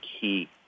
key